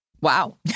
Wow